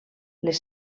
les